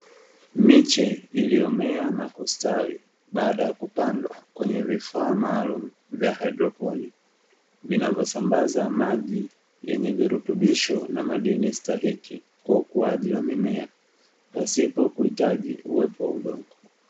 Miche iliyomea na kustawi baada ya kupandwa kwenye vifaa maalumu vya haidroponi, vinavyosambaza maji yenye virutubisho na madini stahiki kwa ukuaji wa mimea, pasipo kuhitaji uwepo wa udongo.